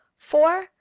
for,